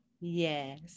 yes